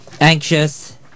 Anxious